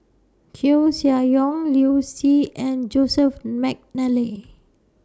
Koeh Sia Yong Liu Si and Joseph Mcnally